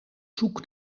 zoek